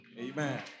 Amen